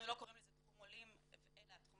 אנחנו לא קוראים לזה תחום עולים אלא תחום